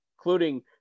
including